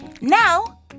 Now